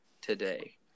today